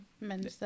men